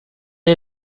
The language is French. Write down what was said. est